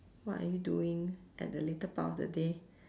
what are you doing at the later part of the day